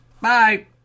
Bye